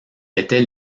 était